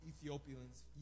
Ethiopians